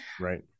Right